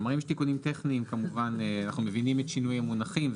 אם יש תיקונים טכניים כמובן אנחנו מבינים את שינוי המינוחים,